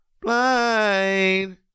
blind